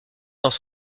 dans